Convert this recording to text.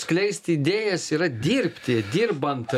skleisti idėjas yra dirbti dirbant